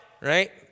right